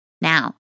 Now